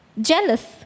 jealous